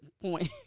point